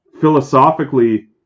philosophically